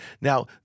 Now